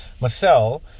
Marcel